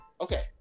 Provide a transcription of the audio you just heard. Okay